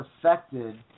affected